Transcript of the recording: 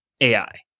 AI